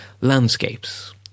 landscapes